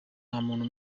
muntu